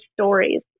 stories